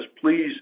please